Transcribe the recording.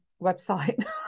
website